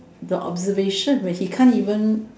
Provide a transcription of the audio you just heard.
the observation when he can't even